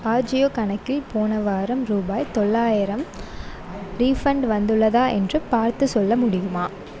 அஜியோ கணக்கில் போன வாரம் ரூபாய் தொள்ளாயிரம் ரீஃபண்ட் வந்துள்ளதா என்று பார்த்துச் சொல்ல முடியுமா